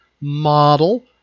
model